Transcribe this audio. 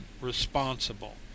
responsible